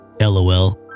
lol